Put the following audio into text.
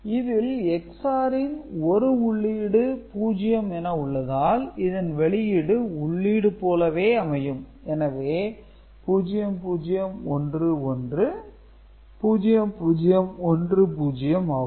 இதில் XOR ன் ஒரு உள்ளீடு 0 என உள்ளதால் இதன் வெளியீடு உள்ளீடு போலவே அமையும் எனவே 00110010 ஆகும்